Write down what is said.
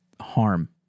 harm